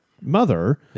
mother